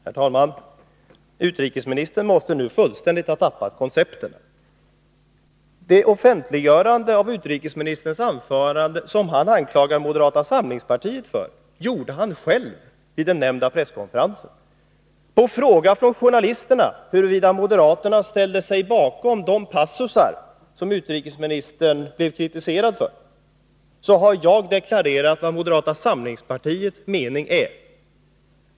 Herr talman! Utrikesministern måste nu fullständigt ha tappat koncepterna. Det offentliggörande av utrikesministerns anförande som han anklagar moderata samlingspartiet för gjorde han själv vid den nämnda presskonferensen. På fråga från journalisterna huruvida moderaterna ställde sig bakom de passusar som utrikesministern blev kritiserad för, har jag deklarerat vad moderata samlingspartiets mening är.